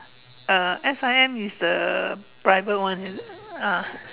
uh S_I_M is the private one is it ah